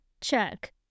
check